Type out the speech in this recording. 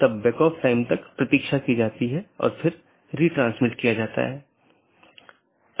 क्योंकि प्राप्त करने वाला स्पीकर मान लेता है कि पूर्ण जाली IBGP सत्र स्थापित हो चुका है यह अन्य BGP साथियों के लिए अपडेट का प्रचार नहीं करता है